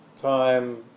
time